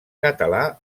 català